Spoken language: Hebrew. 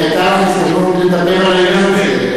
היתה לך הזדמנות לדבר על העניין הזה.